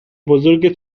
بزرگ